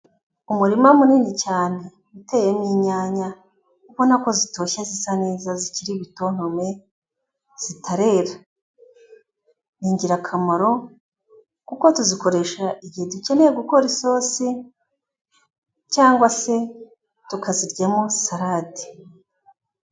Umurima munini cyane uteyemo inyanya, ubona ko zitoshye zisa neza zikiri ibitontome zitarera, ni ingirakamaro kuko tuzikoresha igihe dukeneye gukora isosi cyangwa se tukaziryamo salade.